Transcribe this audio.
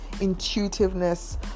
intuitiveness